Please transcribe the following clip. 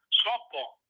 softball